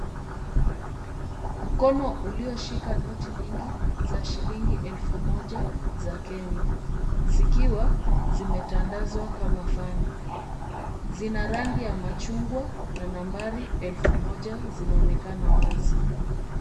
Mkono ulioshika noti nyingi za shilingi elfu moja za Kenya zikiwa zimetandazwa kama fani. Zina rangi ya machungwa na nambari elfu moja zinaonekana wazi.